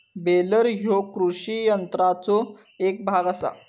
baler ह्यो कृषी यंत्राचो एक भाग आसा